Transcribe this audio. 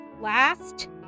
last